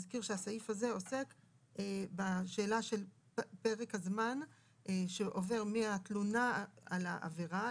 אזכיר שהסעיף הזה עוסק בשאלה של פרק הזמן שעובר מהתלונה על העבירה,